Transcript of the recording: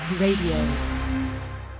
Radio